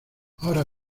ahora